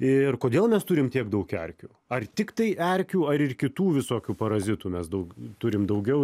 ir kodėl mes turim tiek daug erkių ar tiktai erkių ar ir kitų visokių parazitų mes daug turim daugiau